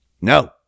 no